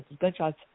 gunshots